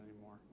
anymore